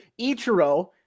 Ichiro